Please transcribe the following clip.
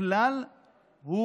הכלל הוא